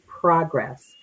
progress